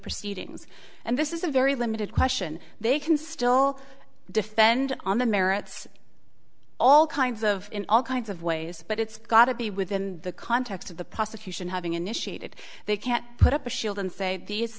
proceedings and this is a very limited question they can still defend on the merits all kinds of in all kinds of ways but it's got to be within the context of the prosecution having initiated they can't put up a shield and say these